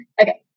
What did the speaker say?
okay